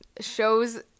shows